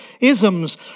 isms